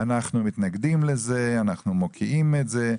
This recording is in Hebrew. "אנחנו מתנגדים לזה"; "אנחנו מוקיעים את זה",